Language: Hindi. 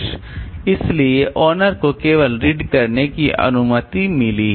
इसलिए ओनर को केवल रीड करने की अनुमति मिली है